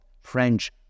French